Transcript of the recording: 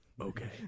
Okay